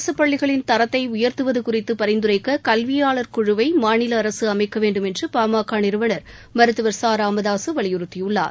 அரசுப்பள்ளிகளின் தரத்தைஉயர்த்துவதுகுறித்துபரிந்துரைக்ககல்வியாளர் கமிமகத்தில் குழுவை மாநிலஅரசுஅமைக்கவேண்டும் என்றுபாமகநிறுவனர் மருத்துவர் ச ராமதாசுவலியுறத்தியுள்ளார்